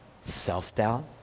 Self-doubt